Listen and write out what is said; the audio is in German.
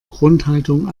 grundhaltung